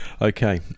Okay